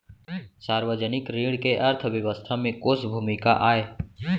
सार्वजनिक ऋण के अर्थव्यवस्था में कोस भूमिका आय?